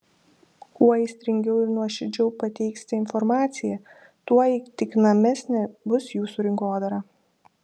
kuo aistringiau ir nuoširdžiau pateiksite informaciją tuo įtikinamesnė bus jūsų rinkodara